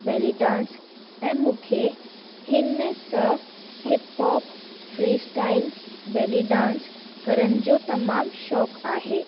बेली dance ऐं मूंखे हिनमें स hip hop freestyle belly dance करण जो तमामु शौक़ु आहे